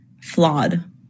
flawed